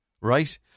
right